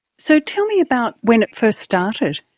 so tell me about when it first started.